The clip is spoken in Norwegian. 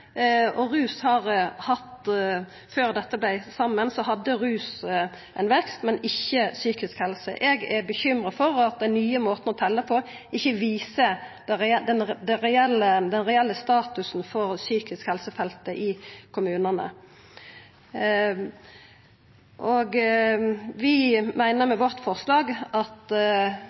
Før dette vart slått saman, hadde rusfeltet ein vekst, men ikkje psykisk helse. Eg er bekymra for at den nye måten å telja på, ikkje viser den reelle statusen på psykisk helsefeltet i kommunane. Vi meiner med vårt forslag at